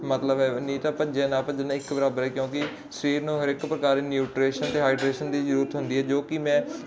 ਮਤਲਬ ਨਹੀਂ ਤਾਂ ਭੱਜਣਾ ਨਾ ਭੱਜਣਾ ਇੱਕ ਬਰਾਬਰ ਕਿਉਂਕਿ ਸਰੀਰ ਨੂੰ ਹਰ ਇੱਕ ਪ੍ਰਕਾਰ ਨਿਊਟਰੇਸ਼ਨ ਤੇ ਹਾਈਡਰੇਸ਼ਨ ਦੀ ਜਰੂਰਤ ਹੁੰਦੀ ਹੈ ਜੋ ਕੀ ਮੈਂ